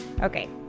okay